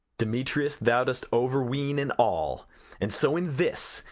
demetrius, thou dost over-ween in all and so in this,